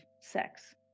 sex